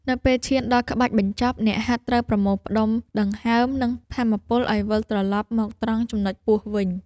នៅពេលឈានដល់ក្បាច់បញ្ចប់ អ្នកហាត់ត្រូវប្រមូលផ្ដុំដង្ហើម និងថាមពលឱ្យវិលត្រឡប់មកត្រង់ចំនុចពោះវិញ។